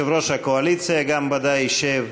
גם יושב-ראש הקואליציה ודאי ישב,